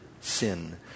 sin